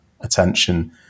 attention